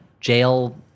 jail